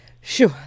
Sure